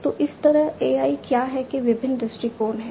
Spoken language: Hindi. तो इस तरह AI क्या है के विभिन्न दृष्टिकोण हैं